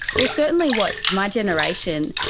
well certainly what my generation,